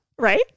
Right